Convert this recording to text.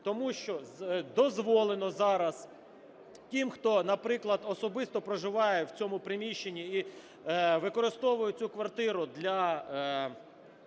тому що дозволено зараз тим, хто, наприклад, особисто проживає в цьому приміщенні і використовує цю квартири для